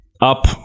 up